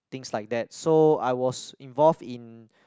things like that so I was involve in